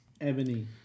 Ebony